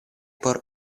por